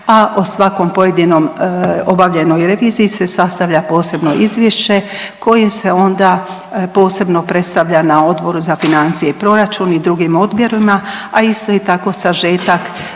a o svakom pojedinom, obavljenoj reviziji se sastavlja posebno izvješće kojim se onda posebno predstavlja na Odboru za financije i proračun i drugim odborima, a isto i tako sažetak